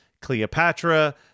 Cleopatra